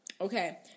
Okay